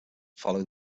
follow